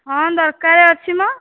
ହଁ ଦରକାର ଅଛି ମ